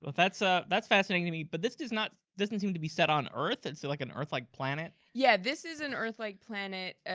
but that's ah that's fascinating to me, but this does not and seem to be set on earth, it's like an earth-like planet. yeah this is an earth-like planet.